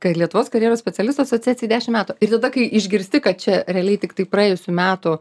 ką ir lietuvos karjeros specialistų asociacijai dešimt metų ir tada kai išgirsti kad čia realiai tiktai praėjusių metų